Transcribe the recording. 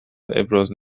ابراز